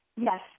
Yes